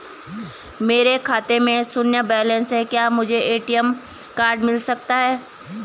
मेरे खाते में शून्य बैलेंस है क्या मुझे ए.टी.एम कार्ड मिल सकता है?